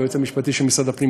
היועץ המשפטי של משרד הפנים,